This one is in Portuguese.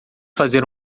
fazer